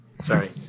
Sorry